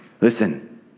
Listen